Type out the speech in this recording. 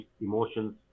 emotions